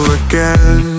again